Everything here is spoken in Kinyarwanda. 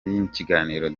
y’ikiganiro